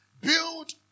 Build